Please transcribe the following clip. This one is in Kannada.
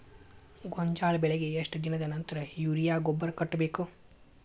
ಗೋಂಜಾಳ ಬೆಳೆಗೆ ಎಷ್ಟ್ ದಿನದ ನಂತರ ಯೂರಿಯಾ ಗೊಬ್ಬರ ಕಟ್ಟಬೇಕ?